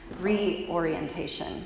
reorientation